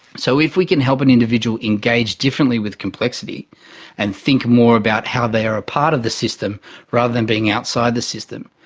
so if we can help an individual engage differently with complexity and think more about how they are part of the system rather than being outside the system,